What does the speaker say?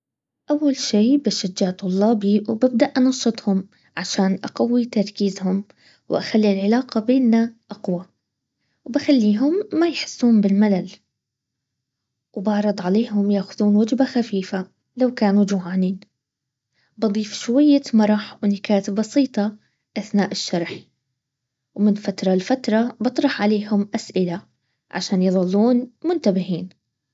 اول شي بشجع طلابي وببدأ انشطهم عشان اقوي تركيبهم واخلي العلاقة بينا اقوى وبخليهم ما يحسون بالملل وبعرض عليهم ياخدون وجبة خفيفة لو كانوا جوعانين بضيف شوية مرح ونكات بسيطه اثناء الشرح ومن فترة لفترة بطرح عليهم اسئلة عشان يظلون منتبهين